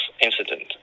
incident